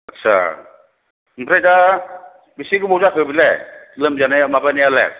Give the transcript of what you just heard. आत्सा ओमफ्राय दा बेसे गोबाव जाखो बिलाय लोमजानाया माबानायालाय